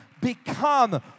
Become